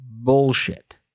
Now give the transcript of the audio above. bullshit